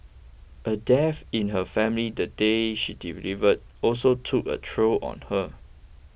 a death in her family the day she delivered also took a toll on her